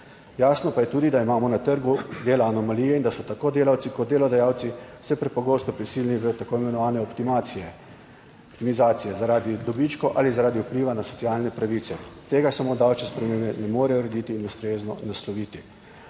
Jasno pa je tudi, da imamo na trgu dela anomalije in da so tako delavci kot delodajalci vse prepogosto prisiljeni v tako imenovane optimizacije zaradi dobičkov ali zaradi vpliva na socialne pravice. Tega samo davčne spremembe ne morejo urediti in ustrezno nasloviti.